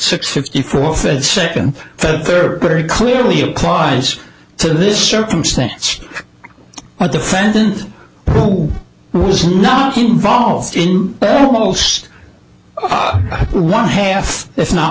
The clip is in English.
six fifty four said second that there are very clearly applies to this circumstance defendant who was not involved in most one half if not